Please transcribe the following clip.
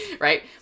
right